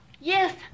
Yes